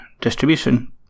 distribution